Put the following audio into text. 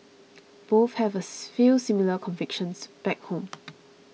both have as few similar convictions back home